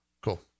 Cool